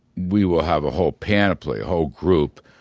we will have a whole panoply, whole group,